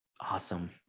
Awesome